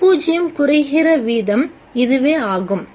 N0 குறைகின்ற வீதம் இதுவே ஆகும்